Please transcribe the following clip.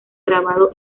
grabado